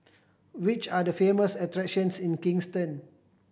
which are the famous attractions in Kingston